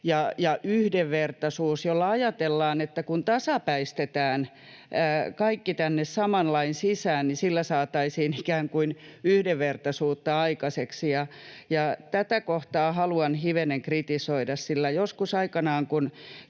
ja yhdenvertaisuus, jolla ajatellaan, että kun tasapäistetään kaikki tänne saman lain sisään, niin sillä saataisiin ikään kuin yhdenvertaisuutta aikaiseksi. Tätä kohtaa haluan hivenen kritisoida, sillä joskus aikanaan,